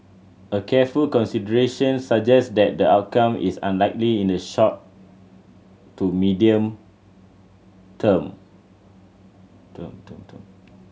a careful consideration suggest that the outcome is unlikely in the short to medium term term term term